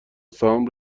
سهام